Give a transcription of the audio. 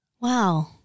Wow